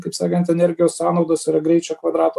kaip sakant energijos sąnaudos yra greičio kvadrato